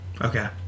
Okay